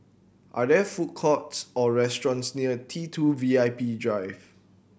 are there food courts or restaurants near T Two V I P Drive